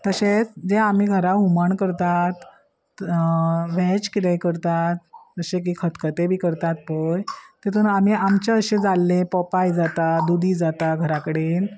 तशेंच जें आमी घरा हुमण करतात वॅज कितें करतात जशें की खतखतें बी करतात पळय तेतून आमी आमचें अशें जाल्ली पोपाय जाता दुदी जाता घराकडेन